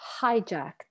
hijacked